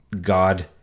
God